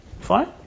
fine